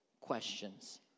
questions